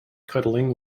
cuddling